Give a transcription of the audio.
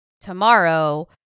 tomorrow